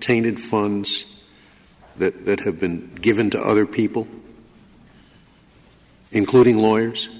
tainted funds that have been given to other people including lawyers